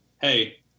hey